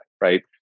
right